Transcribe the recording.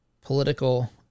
Political